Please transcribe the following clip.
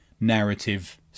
narrative